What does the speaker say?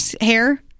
hair